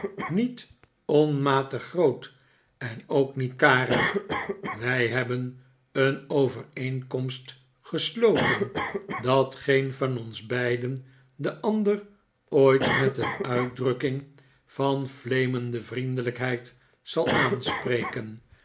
niet onmatig groot en ook niet karig wij hebben een overeenkomst gesloten dat geen van ons beiden den ander ooit met een uitdrukking van fleemende vriendelijkheid zal aanspreken